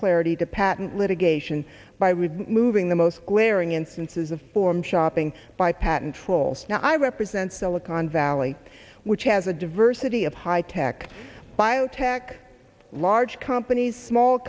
clarity to patent litigation by with moving the most glaring instances of form shopping by patent trolls now i represent silicon valley which has a diversity of high tech biotech large companies small